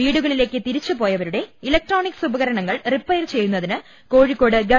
വീടുകളിലേക്ക് തിരിച്ചുപോയവരുടെ ഇലക്ട്രോണിക്സ് ഉപകരണങ്ങൾ റിപ്പയർ ചെയ്യുന്നതിന് കോഴിക്കോട് ഗവ